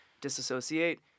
disassociate